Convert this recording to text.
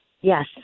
Yes